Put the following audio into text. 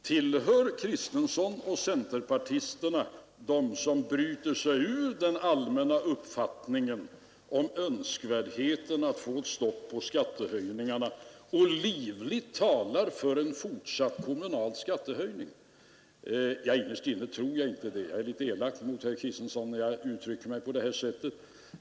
Vill herr Kristiansson och de övriga centerpartisterna bryta sig ur den allmänna uppfattningen om önskvärdheten av att få ett stopp på skattehöjningarna och i stället livligt tala för en fortsatt kommunal skattehöjning? Innerst inne tror jag inte det. Jag är litet elak mot herr Kristiansson när jag uttrycker mig på det här sättet.